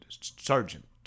sergeant